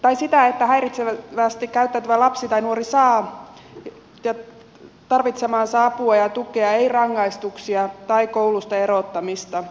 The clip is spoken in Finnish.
ai sitä että häiritsevästi käyttäytyvä lapsi tai nuori saa tarvitsemaansa apua ja tukea ei rangaistuksia tai koulusta erottamista